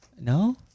No